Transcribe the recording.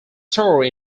store